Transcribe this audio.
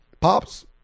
Pops